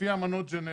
לפי אמנות ג'נבה,